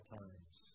times